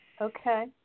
Okay